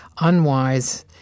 unwise